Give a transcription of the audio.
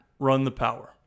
runthepower